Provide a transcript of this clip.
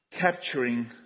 capturing